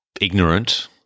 ignorant